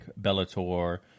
Bellator